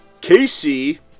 Casey